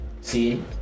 See